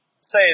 say